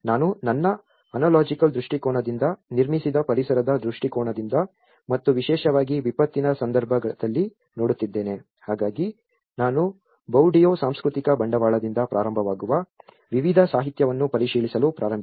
ನಾನು ನನ್ನ ಆನ್ಟೋಲಾಜಿಕಲ್ ದೃಷ್ಟಿಕೋನದಿಂದ ನಿರ್ಮಿಸಿದ ಪರಿಸರದ ದೃಷ್ಟಿಕೋನದಿಂದ ಮತ್ತು ವಿಶೇಷವಾಗಿ ವಿಪತ್ತಿನ ಸಂದರ್ಭದಲ್ಲಿ ನೋಡುತ್ತಿದ್ದೇನೆ ಹಾಗಾಗಿ ನಾನು ಬೌರ್ಡಿಯುನ ಸಾಂಸ್ಕೃತಿಕ ಬಂಡವಾಳದಿಂದ ಪ್ರಾರಂಭವಾಗುವ ವಿವಿಧ ಸಾಹಿತ್ಯವನ್ನು ಪರಿಶೀಲಿಸಲು ಪ್ರಾರಂಭಿಸಿದೆ